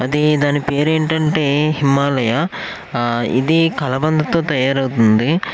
అది దాని పేరేంటంటే హిమాలయ ఆ ఇది కలబందతో తయారు అవుతుంది